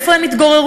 איפה הם יתגוררו?